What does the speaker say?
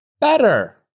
better